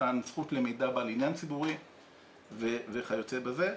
מתן זכות למידע בעל עניין ציבורי וכיוצא בזה.